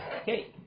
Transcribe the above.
Okay